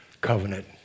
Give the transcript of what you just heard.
covenant